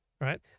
right